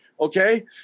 Okay